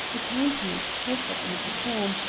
a countenance perfect in its form,